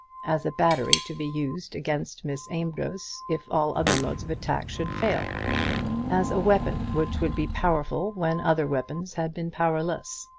as a battery to be used against miss amedroz if all other modes of attack should fail as a weapon which would be powerful when other weapons had been powerless.